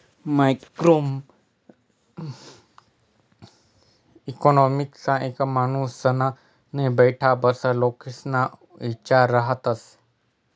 macro इकॉनॉमिक्समा एक मानुसना नै ते बठ्ठा लोकेस्ना इचार रहास